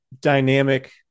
dynamic